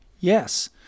Yes